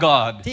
God